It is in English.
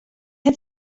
had